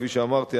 כפי שאמרתי,